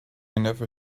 never